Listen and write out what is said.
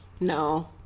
No